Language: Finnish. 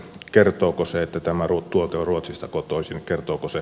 kertooko se että tämä tuote on ruotsista kotoisin totuuden